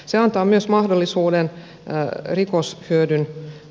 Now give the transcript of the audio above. se antaa myös mahdollisuuden rikoshyödyn